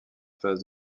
phase